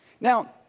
Now